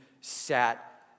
sat